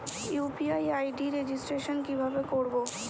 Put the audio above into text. UPI ID registration কিভাবে করব?